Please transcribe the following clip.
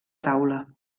taula